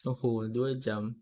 oh [ho] dua jam